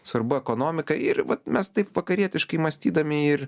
svarbu ekonomika ir vat mes taip vakarietiškai mąstydami ir